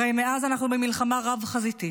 הרי מאז אנחנו במלחמה רב-חזיתית,